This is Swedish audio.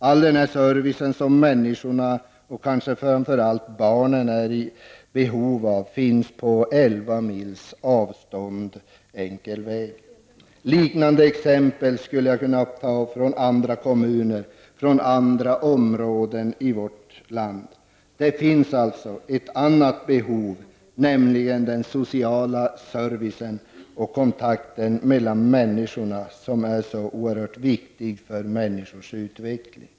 All denna service som människorna och kanske framför allt barnen är i behov av finns på elva mils avstånd, enkel väg. Liknande exempel skulle kunna tas från andra kommuner och områden i vårt land. Det finns alltså ett annat behov, nämligen den sociala servicen och kontakten människor emellan, som är så viktig för människors utveckling.